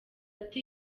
ati